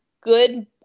good